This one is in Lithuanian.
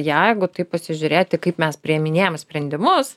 jeigu taip pasižiūrėti kaip mes priiminėjam sprendimus